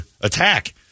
attack